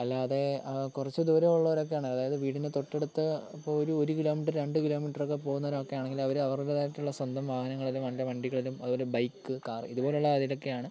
അല്ലാതെ കുറച്ച് ദൂരം ഉള്ളോരൊക്കെയാണ് അതായത് വീടിൻ്റെ തൊട്ടടുത്ത് ഇപ്പോൾ ഒരു ഒരു കിലോമീറ്ററ് രണ്ട് കിലോമീറ്ററൊക്കെ പോവുന്നവരൊക്കെയാണെങ്കിൽ അവർ അവരുടേതായിട്ടുള്ള സ്വന്തം വാഹനങ്ങൾ അല്ലേ വണ്ടി വണ്ടികളിലും അതുപോലെ ബൈക്ക് കാറ് ഇതുപോലുള്ള അതിലൊക്കെ ആണ്